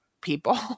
people